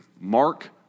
Mark